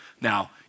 Now